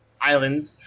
island